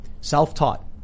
Self-taught